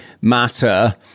matter